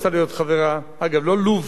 לא לוב של היום אלא לוב של קדאפי.